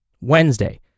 Wednesday